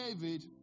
David